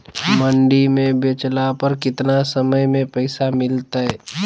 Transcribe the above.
मंडी में बेचला पर कितना समय में पैसा मिलतैय?